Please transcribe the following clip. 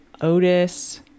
Otis